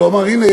והוא אמר: הנה,